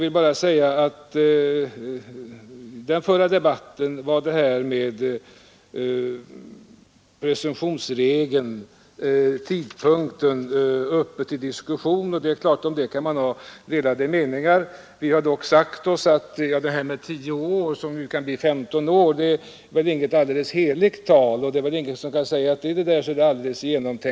Till herr Claeson vill jag bara säga att presumtionstidpunkten var uppe till diskussion under förra höstens debatt. Om presumtionstidpunkten kan man ha delade meningar. De tio åren, som kan bli femton år, är väl — Nr 143 inte något heligt tal, och ingen kan säga att talet är alldeles riktigt.